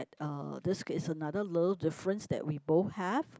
at uh this is another little difference that we both have